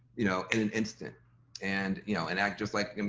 you know, in an instant and you know, and act just like, i mean,